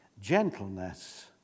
gentleness